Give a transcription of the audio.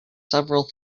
several